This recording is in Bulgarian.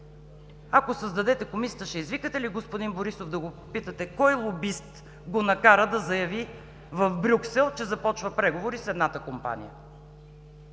Ако създадете комисия, ще извикате ли господин Борисов да го попитате, кой лобист го накара да заяви в Брюксел, че започва преговори с едната компания?